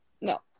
no